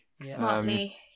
smartly